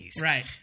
Right